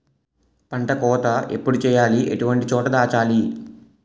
పంట కోత ఎప్పుడు చేయాలి? ఎటువంటి చోట దాచాలి?